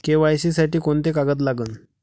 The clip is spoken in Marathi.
के.वाय.सी साठी कोंते कागद लागन?